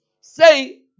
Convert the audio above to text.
say